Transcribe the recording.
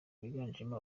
biganjemo